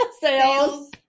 Sales